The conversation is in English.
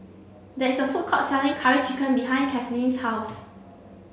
there is a food court selling curry chicken behind Cathleen's house